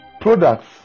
Products